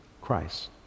Christ